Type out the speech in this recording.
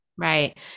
Right